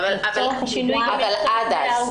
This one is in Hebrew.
אבל עד אז.